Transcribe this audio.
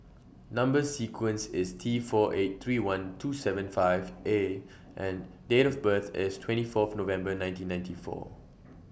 Number sequence IS T four eight three one two seven five A and Date of birth IS twenty four November nineteen ninety four